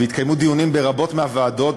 והתקיימו דיונים ברבות מהוועדות.